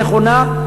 הכי נכונה.